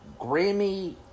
Grammy